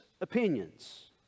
opinions